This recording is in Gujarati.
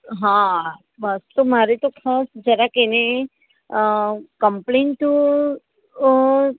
હા બસ તો મારે તો ખાસ જરાક એને તો કમ્પલેન તો અ